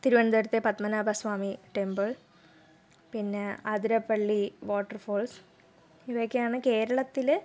തിരുവനന്തപുരത്തെ പത്മനാഭൻ സ്വാമി ടെമ്പിൾ പിന്നെ ആതിരപ്പള്ളി വാട്ടർഫാൾസ് ഇവയൊക്കെയാണ് കേരളത്തിൽ